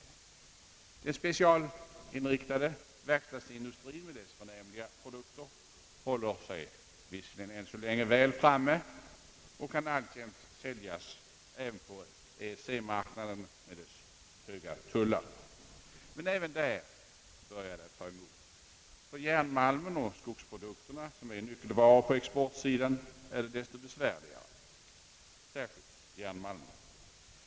Den specialinriktade verkstadsindustrien med dess förnämliga produkter håller sig visserligen än så länge väl framme och kan alltjämt sälja även på EEC-marknaden med dess höga tullar, men även där börjar det ta emot. För järnmalmen och skogsprodukterna, som är nyckelvaror på exportsidan, är det desto besvärligare, särskilt vad gäller järnmalmen.